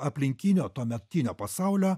aplinkinio tuometinio pasaulio